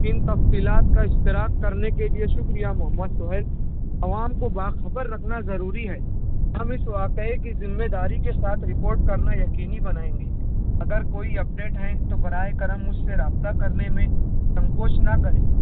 اِن تفصیلات کا اشتراک کرنے کے لیے شُکریہ محمد سُہیل عوام کو باخبر رکھنا ضروری ہے ہم اِس واقعے کی ذمہ داری کے ساتھ رپوٹ کرنا یقینی بنائیں گے اگر کوئی اپ ڈیٹ ہیں تو براہِ کرم مجھ سے رابطہ کرنے میں سنکوچ نہ کریں